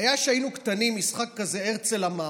כשהיינו קטנים היה משחק כזה, "הרצל אמר".